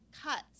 cuts